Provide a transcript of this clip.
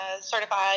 certified